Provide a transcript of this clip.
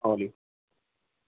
oral